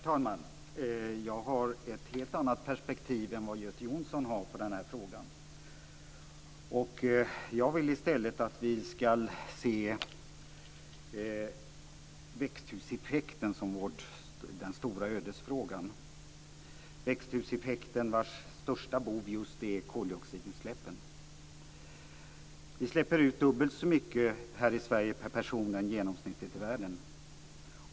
Herr talman! Jag har ett helt annat perspektiv än Göte Jonsson på den här frågan. Jag vill i stället att vi ska se växthuseffekten som den stora ödesfrågan. Växthuseffektens största bov är ju just koldioxidutsläppen. Vi i Sverige släpper ut dubbelt så mycket koldioxid per person som genomsnittet i världen.